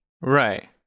Right